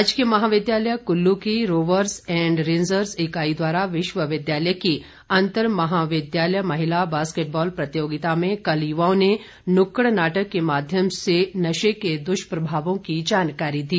राजकीय महाविद्यालय कुल्लू की रोवर्स एंड रेंजर्स इकाई द्वारा विश्वविद्यालय की अंतर महाविद्यालय महिला बास्केटबाल प्रतियोगिता में कल युवाओं ने नुक्कड़ नाटक के माध्यम से नशे के दुष्प्रभावों की जानकारी दी